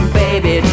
baby